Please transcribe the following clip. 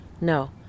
No